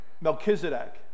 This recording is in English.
Melchizedek